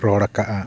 ᱨᱚᱲ ᱠᱟᱜᱼᱟ